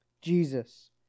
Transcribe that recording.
Jesus